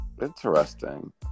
Interesting